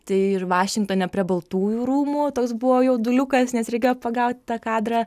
tai ir vašingtone prie baltųjų rūmų toks buvo jauduliukas nes reikėjo pagauti tą kadrą